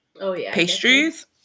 pastries